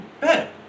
better